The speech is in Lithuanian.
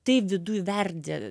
tai viduj verdė